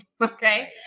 Okay